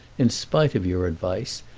in spite of your advice,